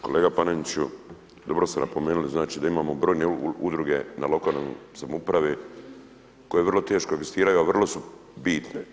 Kolega Paneniću, dobro ste napomenuli da imamo brojne udruge u lokalnoj samoupravi koje vrlo teško egzistiraju, a vrlo su bitne.